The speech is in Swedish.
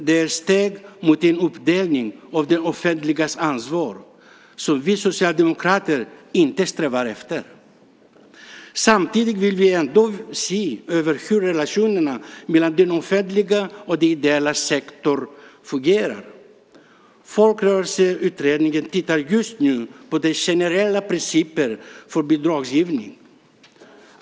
Det är steg mot en uppdelning av det offentligas ansvar som vi socialdemokrater inte strävar efter. Samtidigt vill vi ändå se över hur relationen mellan det offentliga och den ideella sektorn fungerar. Folkrörelseutredningen tittar just nu på de generella principerna för bidragsgivningen.